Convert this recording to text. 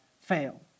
fail